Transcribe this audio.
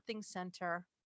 center